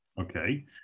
Okay